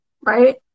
right